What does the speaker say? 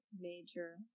major